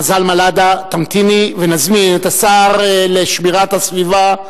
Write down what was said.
מזל מלדה, תמתיני ונזמין את השר לשמירת הסביבה,